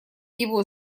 его